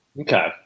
okay